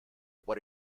what